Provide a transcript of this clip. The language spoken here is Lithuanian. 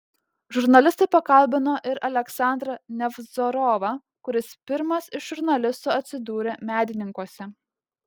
žurnalistai pakalbino ir aleksandrą nevzorovą kuris pirmas iš žurnalistų atsidūrė medininkuose